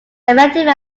effective